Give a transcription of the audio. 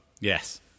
Yes